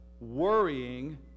worrying